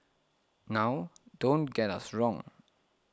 now don't get us wrong